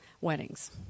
weddings